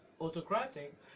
autocratic